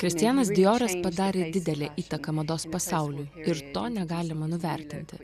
kristianas dijoras padarė didelę įtaką mados pasauliui ir to negalima nuvertinti